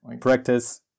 practice